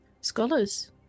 Scholars